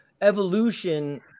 evolution